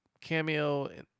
cameo